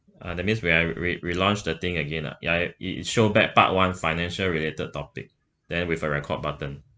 uh that means we uh re~ relaunched the thing again ah ya it show back part one financial related topic then with a record button